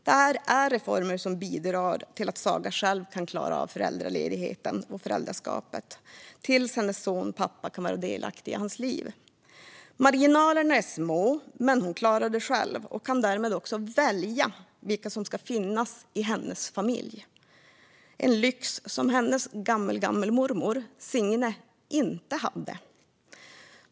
Det är reformer som bidrar till att Saga själv kan klara av föräldraledigheten och föräldraskapet tills hennes sons pappa kan vara delaktig i hans liv. Marginalerna är små, men hon klarar det själv och kan därmed också välja vilka som ska finnas i hennes familj. Det är en lyx som hennes gammelgammelmormor Signe inte hade.